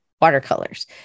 watercolors